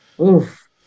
Oof